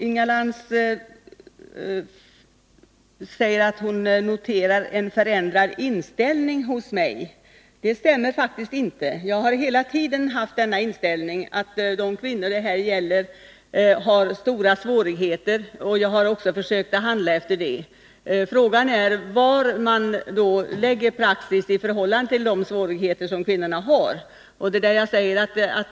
Inga Lantz säger att hon noterar en förändrad inställning hos mig. Det stämmer faktiskt inte. Jag har hela tiden haft denna inställning, att kvinnorna det här gäller har stora svårigheter. Jag har också försökt handla efter det. Frågan är hur man utformar praxis med tanke på dessa kvinnors svårigheter.